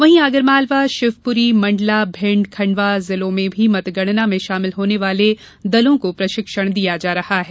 वहीं आगरमालवा शिवपुरी मंडला भिंड खंडवा जिलों में भी मतगणना में शामिल होने वाले दलों को प्रशिक्षण दिया जा रहा है